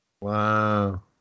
Wow